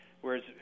Whereas